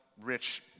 rich